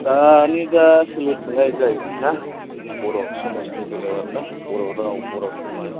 दानि जा सोलिफुनाय जाय ना बर' समाजनि बेलायाव आरो ना बर' राव बर' समाज